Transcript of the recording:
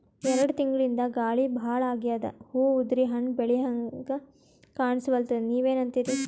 ಎರೆಡ್ ತಿಂಗಳಿಂದ ಗಾಳಿ ಭಾಳ ಆಗ್ಯಾದ, ಹೂವ ಉದ್ರಿ ಹಣ್ಣ ಬೆಳಿಹಂಗ ಕಾಣಸ್ವಲ್ತು, ನೀವೆನಂತಿರಿ?